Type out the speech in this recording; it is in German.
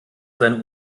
sein